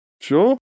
Sure